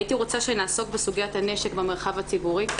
הייתי רוצה שנעסוק בסוגיית הנשק במרחב הציבורי,